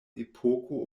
epoko